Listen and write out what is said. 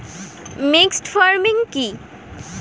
Mixed farming কি?